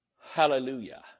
Hallelujah